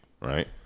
right